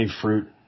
fruit